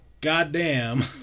goddamn